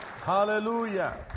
Hallelujah